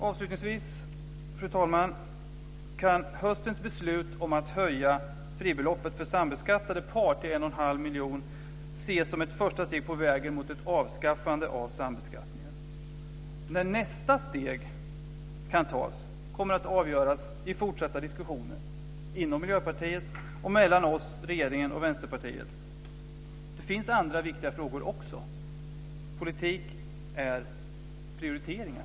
Avslutningsvis, fru talman, kan höstens beslut om att höja fribeloppet för sambeskattade par till 1 1⁄2 miljon kronor ses som ett första steg på vägen mot ett avskaffande av sambeskattningen. När nästa steg kan tas kommer att avgöras i fortsatta diskussioner inom Miljöpartiet och mellan oss, regeringen och Vänsterpartiet. Det finns andra viktiga frågor också. Politik är prioriteringar.